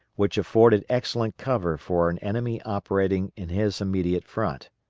which afforded excellent cover for an enemy operating in his immediate front.